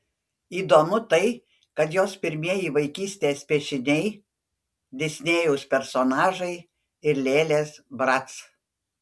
įdomu tai kad jos pirmieji vaikystės piešiniai disnėjaus personažai ir lėlės brac